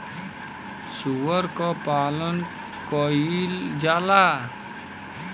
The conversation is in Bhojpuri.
सूअर क पालन कइल जाला